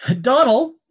Donald